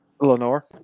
Lenore